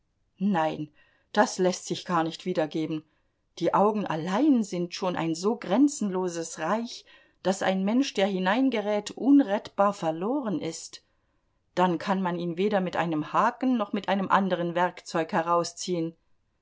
nein das läßt sich gar nicht wiedergeben die augen allein sind schon ein so grenzenloses reich daß ein mensch der hineingerät unrettbar verloren ist dann kann man ihn weder mit einem haken noch mit einem anderen werkzeug herausziehen